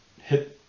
hit